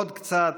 עוד קצת,